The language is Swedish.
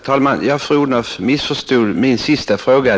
Herr talman! Jag tror att fru Odhnoff missförstod min sista fråga.